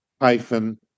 hyphen